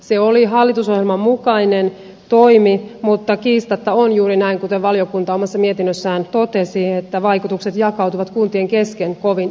se oli hallitusohjelman mukainen toimi mutta kiistatta on juuri näin kuten valiokunta omassa mietinnössään totesi että vaikutukset jakautuvat kuntien kesken kovin epätasaisesti